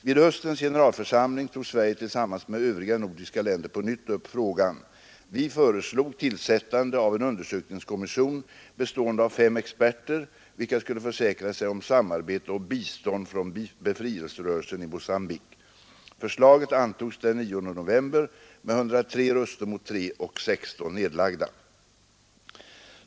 Vid höstens generalförsamling tog Sverige tillsammans med övriga nordiska länder på nytt upp frågan. Vi föreslog tillsättande av en undersökningskommission bestående av fem experter, vilka skulle försäkra sig om samarbete och bistånd från befrielserörelsen i Mogambique. Förslaget antogs den 9 november med 103 röster mot 3 och 16 nedlagda.